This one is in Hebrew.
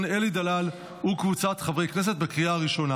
אין נגד, אין נמנעים.